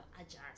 adjust